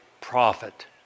Profit